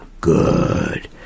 Good